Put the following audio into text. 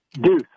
Deuce